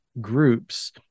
Groups